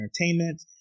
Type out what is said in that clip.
Entertainment